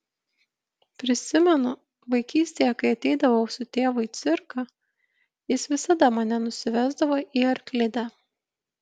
prisimenu vaikystėje kai ateidavau su tėvu į cirką jis visada mane nusivesdavo į arklidę